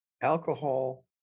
alcohol